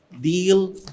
deal